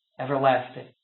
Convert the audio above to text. everlasting